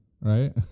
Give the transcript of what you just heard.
right